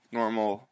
normal